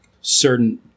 certain